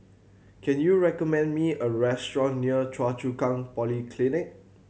can you recommend me a restaurant near Choa Chu Kang Polyclinic